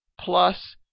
plus